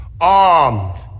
armed